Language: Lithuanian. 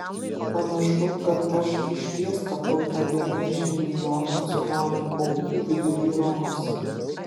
panašu kad aš išties tapau ta viena iš milijono cunamio aukų vidury romos